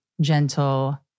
gentle